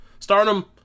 Starnum